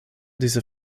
diese